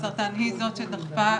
ההיפוכונדריה שלי כביכול,